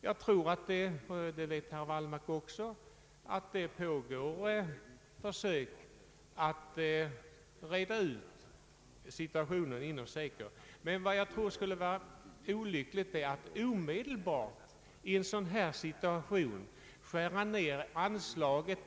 Det pågår — det vet herr Wallmark också — försök att reda ut situationen inom SECO. Jag tror emellertid att det skulle vara olyckligt att omedelbart, i en sådan här situation, skära ned anslaget.